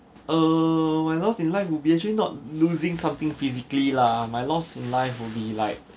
err my loss in life will be actually not losing something physically lah my loss in life will be like